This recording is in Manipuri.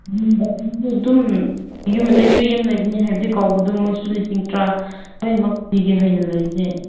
ꯑꯗꯨꯝ ꯌꯨꯝ ꯑꯇꯩꯁꯨ ꯌꯥꯝ ꯂꯩꯕꯅꯤ ꯍꯥꯏꯕꯗꯤ ꯀꯧꯕꯗꯨ ꯃꯈꯣꯏꯁꯨ ꯂꯤꯁꯤꯡ ꯇꯔꯥ ꯂꯣꯏꯅꯃꯛ ꯄꯤꯒꯦ ꯍꯥꯏꯅ ꯂꯩꯕꯅꯦ